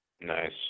Nice